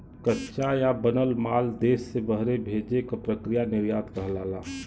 कच्चा या बनल माल देश से बहरे भेजे क प्रक्रिया निर्यात कहलाला